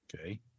Okay